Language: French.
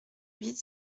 huit